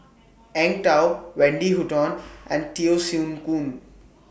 Eng Tow Wendy Hutton and Teo Soon